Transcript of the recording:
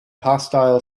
hostile